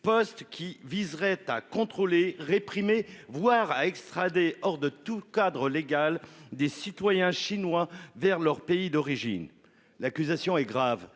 post-qui viserait à contrôler réprimer voire à extrader hors de tout cadre légal des citoyens chinois vers leur pays d'origine. L'accusation est grave,